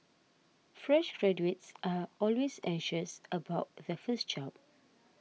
fresh graduates are always anxious about their first job